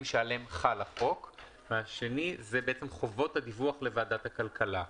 שעליהם חל החוק והשני הוא חובות הדיווח לוועדת הכלכלה.